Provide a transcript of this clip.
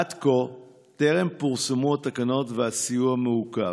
עד כה טרם פורסמו התקנות והסיוע מעוכב.